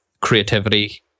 creativity